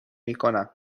میکنم